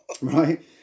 right